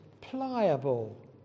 pliable